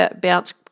Bounce